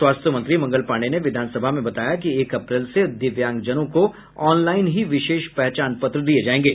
स्वास्थ्य मंत्री मंगल पांडेय ने विधानसभा में बताया कि एक अप्रैल से दिव्यांगजनों को ऑनलाईन ही विशेष पहचान पत्र दिये जायेंगे